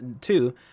Two